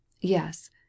yes